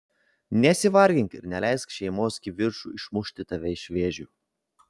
nesivargink ir neleisk šeimos kivirčui išmušti tave iš vėžių